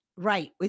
Right